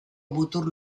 mutur